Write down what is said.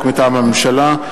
מטעם הממשלה: